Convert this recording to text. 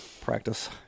practice